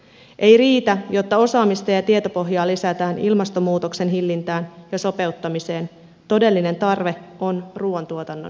ei riitä että osaamista ja tietopohjaa lisätään ilmastonmuutoksen hillintään ja sopeuttamiseen todellinen tarve on ruuantuotannon lisääminen